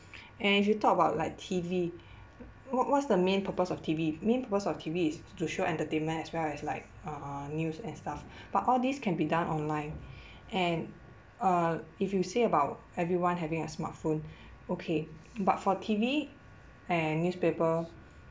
and if you talk about like T_V wh~ what's the main purpose of T_V main purpose of T_V is to show entertainment as well as like uh news and stuff but all this can be done online and uh if you say about everyone having a smartphone okay but for T_V and newspaper